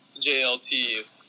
JLT